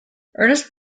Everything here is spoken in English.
ernest